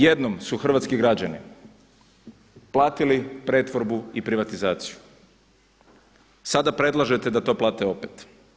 Jednom su hrvatski građani platili pretvorbu i privatizaciju, sada predlažete da to plate opet.